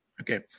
Okay